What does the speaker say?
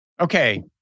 Okay